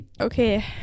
Okay